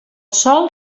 sol